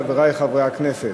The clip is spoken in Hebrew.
חברי חברי הכנסת,